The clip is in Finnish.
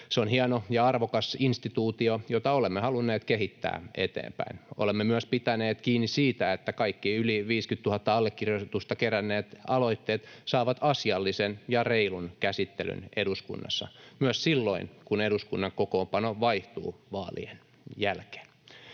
Se on hieno ja arvokas instituutio, jota olemme halunneet kehittää eteenpäin. Olemme myös pitäneet kiinni siitä, että kaikki yli 50 000 allekirjoitusta keränneet aloitteet saavat asiallisen ja reilun käsittelyn eduskunnassa myös silloin, kun eduskunnan kokoonpano vaihtuu vaalien jälkeen.